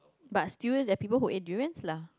but still they are people who eats durian lah